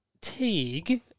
Teague